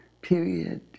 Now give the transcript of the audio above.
period